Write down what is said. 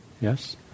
Yes